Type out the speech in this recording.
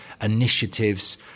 initiatives